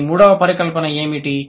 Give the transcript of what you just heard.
మరి మూడవ పరికల్పన ఏమిటి